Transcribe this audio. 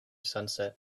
sunset